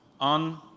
on